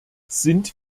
sind